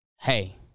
Hey